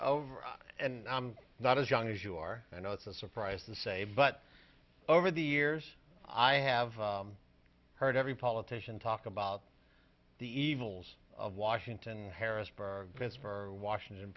over and i'm not as young as you are i know it's a surprise to say but over the years i have heard every politician talk about the evils of washington harrisburg vince for washington